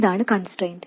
ഇതാണ് കൺസ്ട്രെയിന്റ്